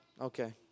okay